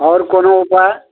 आओर कोनो उपाय